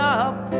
up